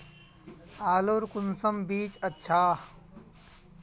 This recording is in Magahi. आलूर कुंसम बीज अच्छा?